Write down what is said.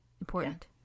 important